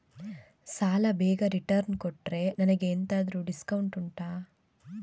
ಸಾಲ ಬೇಗ ರಿಟರ್ನ್ ಕೊಟ್ರೆ ನನಗೆ ಎಂತಾದ್ರೂ ಡಿಸ್ಕೌಂಟ್ ಉಂಟಾ